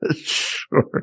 Sure